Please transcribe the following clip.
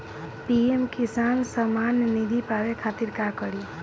PM Kisan Samman Nidhi पावे खातिर का करी?